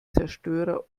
zerstörer